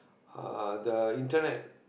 uh the internet